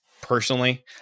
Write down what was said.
Personally